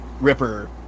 Ripper